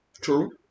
True